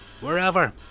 wherever